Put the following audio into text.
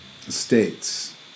states